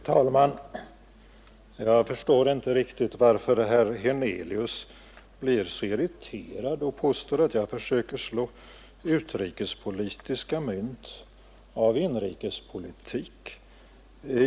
Fru talman! Jag förstår inte riktigt varför herr Hernelius blir så irriterad och påstår att jag försöker slå utrikespolitiskt mynt av inrikespolitik.